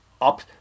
up